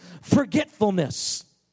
forgetfulness